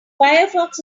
firefox